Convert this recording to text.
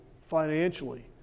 financially